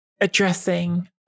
addressing